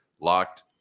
Locked